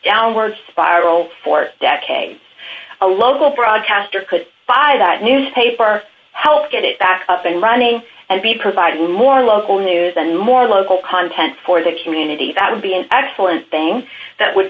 downward spiral for decades a local broadcasters could buy that newspaper help get it back up and running and be providing more local news and more local content for their communities that would be an excellent thing that would